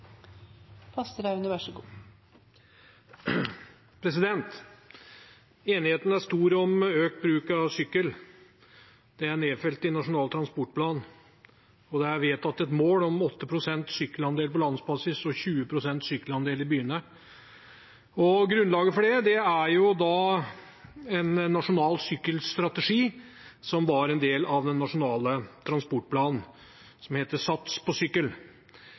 nedfelt i Nasjonal transportplan, og det er vedtatt et mål om 8 pst. sykkelandel på landsbasis og 20 pst. sykkelandel i byene. Grunnlaget for det er en nasjonal sykkelstrategi, som var en del av den nasjonale transportplanen, som het «Sats på sykkel!».